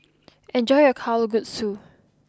enjoy your Kalguksu